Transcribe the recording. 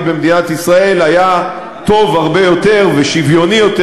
במדינת ישראל היה טוב הרבה יותר ושוויוני יותר,